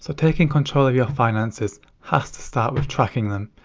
so taking control of your finances has to start with tracking them.